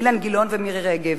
אילן גילאון ומירי רגב.